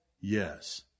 Yes